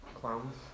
Clowns